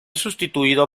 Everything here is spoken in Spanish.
sustituido